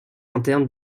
interne